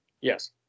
Yes